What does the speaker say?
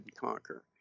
conquer